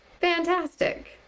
Fantastic